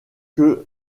que